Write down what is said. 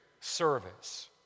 service